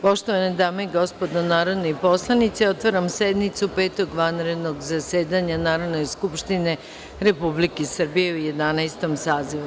Poštovane dame i gospodo narodni poslanici, otvaram sednicu Petog vanrednog zasedanja Narodne skupštine Republike Srbije u Jedanaestom sazivu.